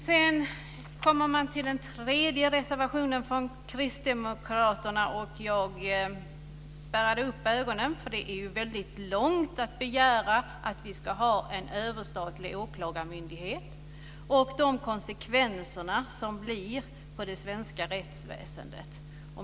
Sedan kommer vi till den tredje reservationen från kristdemokraterna. Här spärrade jag upp ögonen. Det är att gå väldigt långt att begära att vi ska ha en överstatlig åklagarmyndighet, med de konsekvenser det skulle medföra för det svenska rättsväsendet.